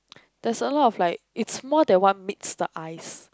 there's a lot of like it's more than one meets the eyes